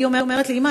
היא אומרת לי: אימא,